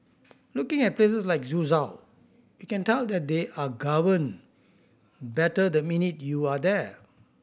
looking at places like Suzhou you can tell that they are governed better the minute you are there